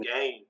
game